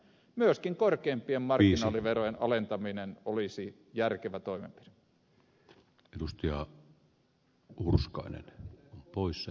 myöskin korkeimpien marginaaliverojen alentaminen olisi järkevä toimenpide